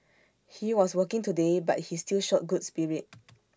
he was working today but he still showed good spirit